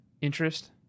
interest